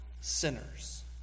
sinners